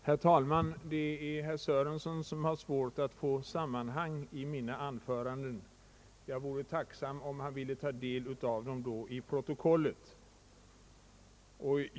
Herr talman! Herr Sörenson har svårt att få sammanhang i mina anföranden; jag vore tacksam om han ville ta del av dem i protokollet.